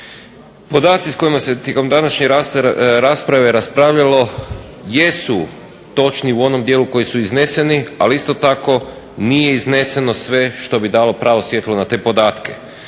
Podaci s kojima se tijekom današnje rasprave raspravljalo jesu točni u onom dijelu koji su izneseni ali isto tako nije izneseno sve što bi dalo pravo svjetlo na te podatke.